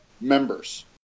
members